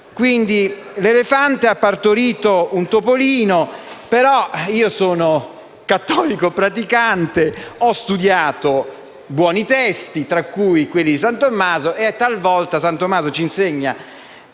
Quindi, l’elefante ha partorito un topolino, ma dato che sono cattolico praticante ho studiato buoni testi, fra cui quelli di San Tommaso e talvolta San Tommaso ci insegna